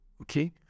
okay